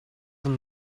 them